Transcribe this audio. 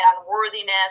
unworthiness